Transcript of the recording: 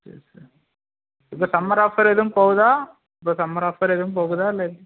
சரி சார் இப்போ சம்மர் ஆஃபரும் எதுவும் போகுதா இப்போ சம்மர் ஆஃபர் எதுவும் போகுதா இல்லை